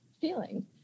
feeling